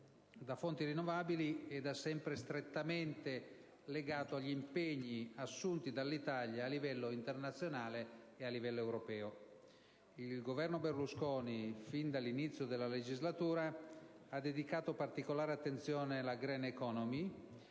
da fonti rinnovabili è da sempre strettamente legato agli impegni assunti dall'Italia a livello internazionale ed europeo. Il Governo Berlusconi, fin dall'inizio della legislatura, ha dedicato particolare attenzione alla *green* *economy*,